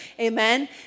Amen